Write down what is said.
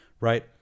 right